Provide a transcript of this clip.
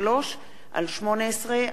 אישור הכנסת לשינוי בשיעור המס),